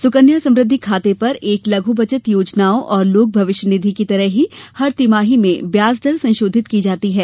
सुकन्या समृद्धि खाते पर अन्य लघु बचत योजनाओं और लोक भविष्य निधि की तरह ही हर तिमाही में ब्याज दर संशोधित की जाती है